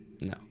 No